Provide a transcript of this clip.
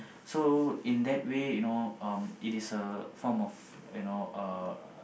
so in that way you know um it is a form of you know uh